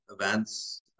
events